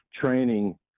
Training